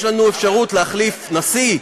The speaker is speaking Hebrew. יש לנו אפשרות להחליף נשיא,